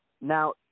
Now